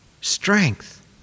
strength